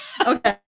Okay